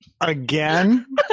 Again